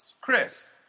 Chris